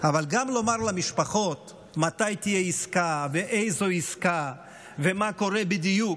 אבל גם לומר למשפחות מתי תהיה עסקה ואיזו עסקה ומה קורה בדיוק?